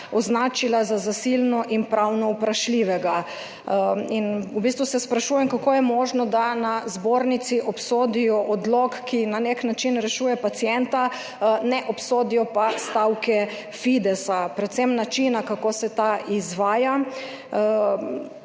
označila za zasilnega in pravno vprašljivega in se v bistvu sprašujem, kako je možno, da na zbornici obsodijo odlok, ki na nek način rešuje pacienta, ne obsodijo pa stavke Fidesa, predvsem načina, kako se ta izvaja.